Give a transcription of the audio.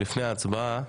בעד ההצעה?